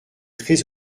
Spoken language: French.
très